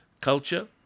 culture